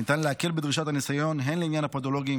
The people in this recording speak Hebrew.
ניתן להקל בדרישת הניסיון הן לעניין הפודולוגים